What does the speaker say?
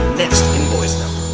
next invoice